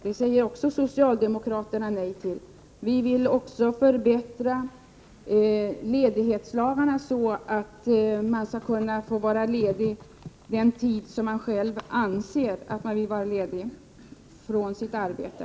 Det säger socialdemokraterna också nej till. Vi vill även förbättra ledighetslagarna så, att man skall kunna få vara ledig den tid man själv anser att man vill vara ledig från sitt arbete.